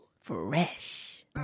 Fresh